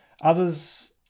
Others